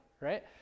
right